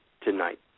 tonight